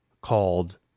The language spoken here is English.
called